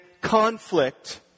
conflict